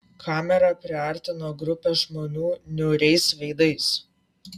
kamera priartino grupę žmonių niūriais veidais